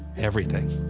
everything.